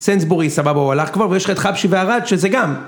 סנסבורי סבבה הוא הלך כבר ויש לך את חבשי וארד שזה גם